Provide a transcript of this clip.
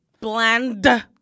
Bland